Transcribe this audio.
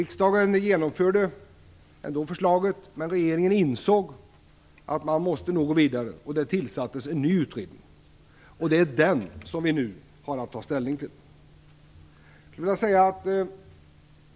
Riksdagen genomförde ändå förslaget, men regeringen insåg att man måste gå vidare och tillsatte en ny utredning. Det är dess resultat som vi nu har att ta ställning till.